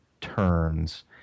turns